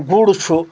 گُر چھُ